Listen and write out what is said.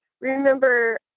remember